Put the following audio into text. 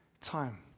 time